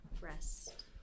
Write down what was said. rest